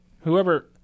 Whoever